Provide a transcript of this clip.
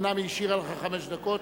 אומנם היא השאירה לך חמש דקות,